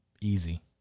easy